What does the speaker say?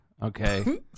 Okay